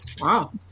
Wow